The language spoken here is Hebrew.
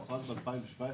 כן,